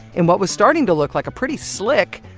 in what was starting to look like a pretty slick,